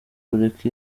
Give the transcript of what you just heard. kureka